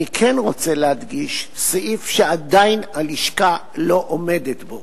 אני כן רוצה להדגיש סעיף שעדיין הלשכה לא עומדת בו.